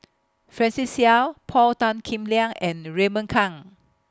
Francis Seow Paul Tan Kim Liang and Raymond Kang